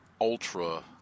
ultra